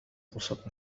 فرصة